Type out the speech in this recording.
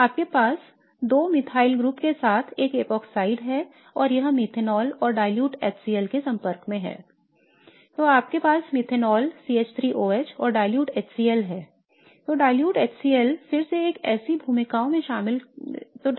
तो आपके पास 2 मिथाइल समूहों के साथ एक एपॉक्साइड है और यह मेथनॉल और dilute HCl के संपर्क में है I तो आपके पास मेथनॉल CH3OH और dilute HCl है